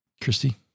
Christy